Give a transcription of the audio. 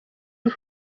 iyi